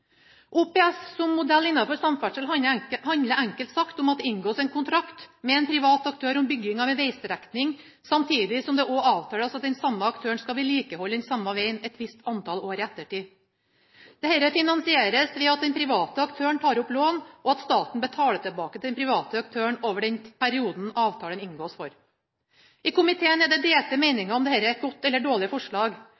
OPS som modell innenfor samferdsel handler enkelt sagt om at det inngås en kontrakt med en privat aktør om bygging av en vegstrekning, samtidig som det også avtales at den samme aktøren skal vedlikeholde den samme vegen et visst antall år i ettertid. Dette finansieres ved at den private aktøren tar opp lån, og at staten betaler tilbake til den private aktøren over den perioden avtalen inngås for. I komiteen er det delte